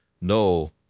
No